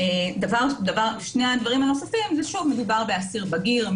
מדובר באסיר בגיר,